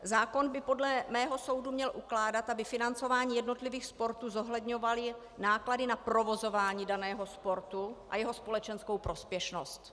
Zákon by podle mého soudu měl ukládat, aby financování jednotlivých sportů zohledňovalo náklady na provozování daného sportu a jeho společenskou prospěšnost.